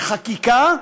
בחקיקה,